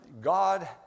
God